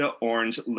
orange